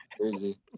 Crazy